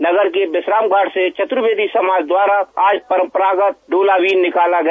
नगर के विश्राम घाट से चतुर्वेदी समाज द्वारा आज परंपरागत डोला भी निकाला गया